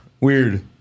Weird